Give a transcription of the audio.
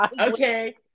Okay